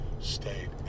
state